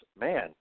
Man